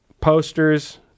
posters